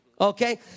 Okay